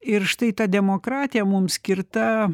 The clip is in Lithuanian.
ir štai ta demokratija mums skirta